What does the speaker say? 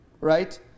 right